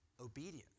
obedient